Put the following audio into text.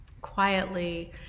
quietly